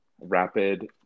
rapid